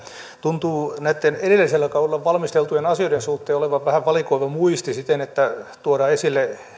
tuntuu näitten edellisellä kaudella valmisteltujen asioiden suhteen olevan vähän valikoiva muisti siten että tuodaan esille